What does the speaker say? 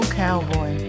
cowboy